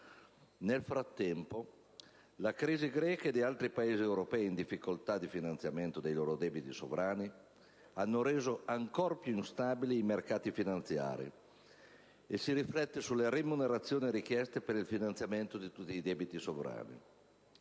Nel frattempo, la crisi greca e quella di altri Paesi europei in difficoltà di finanziamento dei loro debiti sovrani hanno reso ancora più instabili i mercati finanziari, e ciò si riflette sulle remunerazioni richieste per il finanziamento di tutti i debiti stessi.